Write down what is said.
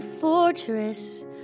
fortress